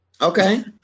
Okay